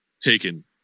taken